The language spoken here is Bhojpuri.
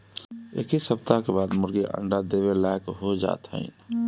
इक्कीस सप्ताह के बाद मुर्गी अंडा देवे लायक हो जात हइन